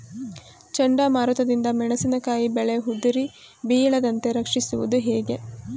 ಚಂಡಮಾರುತ ದಿಂದ ಮೆಣಸಿನಕಾಯಿ ಬೆಳೆ ಉದುರಿ ಬೀಳದಂತೆ ರಕ್ಷಿಸುವುದು ಹೇಗೆ?